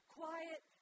quiet